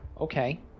Okay